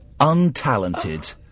untalented